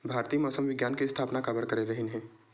भारती मौसम विज्ञान के स्थापना काबर करे रहीन है?